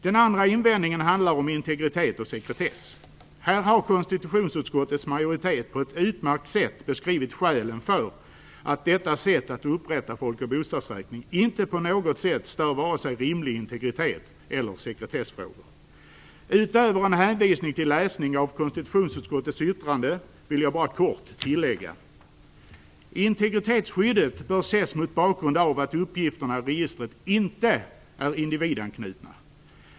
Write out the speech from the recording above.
Den andra invändningen handlar om integritet och sekretess. Här har konstitutionsutskottets majoritet på ett utmärkt sätt beskrivit skälen för att detta sätt att upprätta folk och bostadsräkning inte på något sätt stör vare sig rimlig integritet eller sekretessfrågor. Utöver en hänvisning till läsning av konstitutionsutskottets yttrande vill jag bara kort tillägga följande. Integritetsskyddet bör ses mot bakgrund av att uppgifterna i registret inte är individanknutna.